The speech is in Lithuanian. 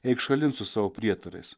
eik šalin su savo prietarais